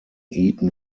eaten